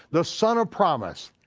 the son of promise,